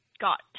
got